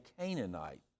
Canaanite